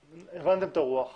הבנתם את רוח הדברים.